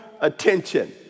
attention